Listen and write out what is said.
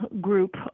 group